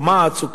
או מע"צ,